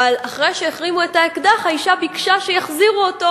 אבל אחרי שהחרימו את האקדח האשה ביקשה שיחזירו אותו,